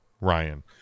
Ryan